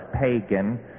pagan